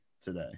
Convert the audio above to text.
today